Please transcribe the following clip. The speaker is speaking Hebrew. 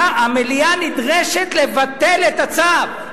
והמליאה נדרשת לבטל את הצו.